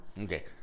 Okay